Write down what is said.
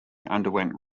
underwent